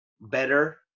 better